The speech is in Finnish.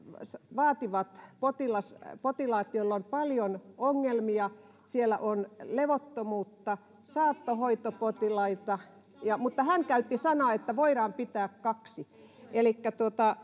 vaativat potilaat joilla on paljon ongelmia siellä on levottomuutta saattohoitopotilaita mutta hän käytti sanaa että voidaan pitää kaksi elikkä